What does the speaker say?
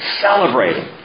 celebrating